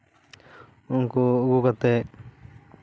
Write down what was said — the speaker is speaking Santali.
ᱩᱱᱠᱩ ᱟᱹᱜᱩ ᱠᱟᱛᱮ